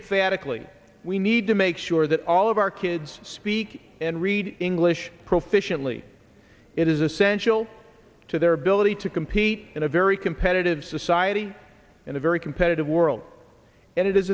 adequately we need to make sure that all of our kids speak and read english proficiently it is essential to their ability to compete in a very competitive society in a very competitive world and it is